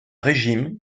régime